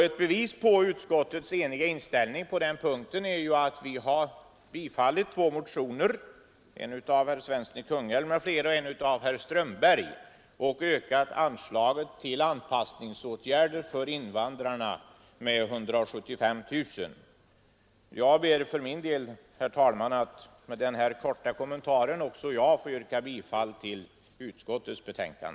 Ett bevis på utskottets eniga inställning på denna punkt är att vi har tillstyrkt två motioner, en av herr Svensson i Kungälv m.fl. och en av herr Strömberg m.fl., och föreslagit ökat anslag med 175 000 kronor till anpassningsåtgärder för invandrare. Med denna korta kommentar ber också jag att få yrka bifall till utskottets hemställan.